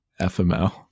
fml